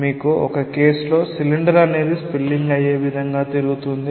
మీరు ఒక కేసు లో సిలిండర్ అనేది స్పిల్లింగ్ అయ్యే విధంగా తిరుగుతుంది